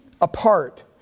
apart